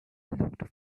looked